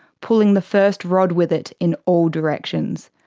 pulling the first rod with it in all directions.